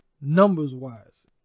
numbers-wise